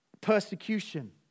persecution